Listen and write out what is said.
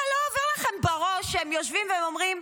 לא עובר לכם בראש שהם יושבים והם אומרים,